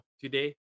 today